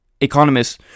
economists